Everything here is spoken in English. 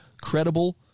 credible